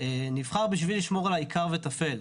נבחר בשביל לשמור על העיקר וטפל.